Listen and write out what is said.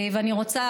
אני רוצה